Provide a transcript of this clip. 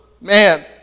Man